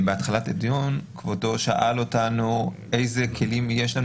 בהתחלת הדיון כבודו שאל אותנו איזה כלים יש לנו